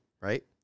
right